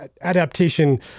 adaptation